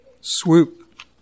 swoop